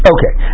Okay